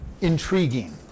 intriguing